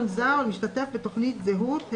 למשתתף בתוכנית זהות),